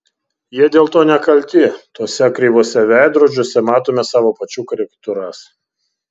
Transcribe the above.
jie dėl to nekalti tuose kreivuose veidrodžiuose matome savo pačių karikatūras